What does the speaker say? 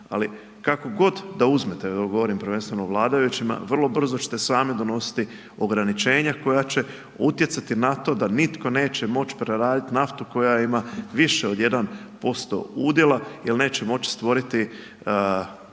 ali kako god da uzmete, evo govorim prvenstveno vladajućima, vrlo brzo ćete sami donositi ograničenja koja će utjecati na to da nitko neće moć preradit naftu koja ima više od 1% udjela jel neće moć stvoriti